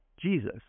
Jesus